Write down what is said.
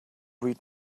read